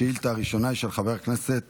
השאילתה הראשונה היא של חבר הכנסת